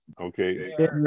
okay